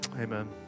Amen